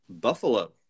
Buffalo